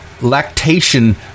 lactation